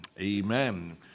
Amen